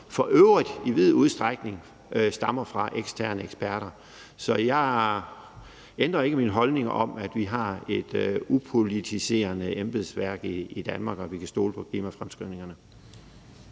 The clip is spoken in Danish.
for øvrigt i vid udstrækning stammer fra eksterne eksperter. Så jeg ændrer ikke min holdning om, at vi har et upolitiseret embedsværk i Danmark, og at vi kan stole på klimafremskrivningerne.